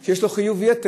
הכרטיס שיש לו בו חיוב יתר